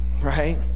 Right